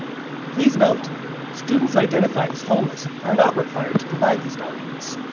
please note students identified as homeless are not required to provide these documents.